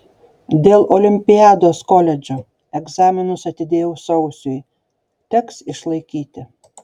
dėl olimpiados koledžo egzaminus atidėjau sausiui teks išlaikyti